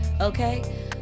Okay